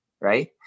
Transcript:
right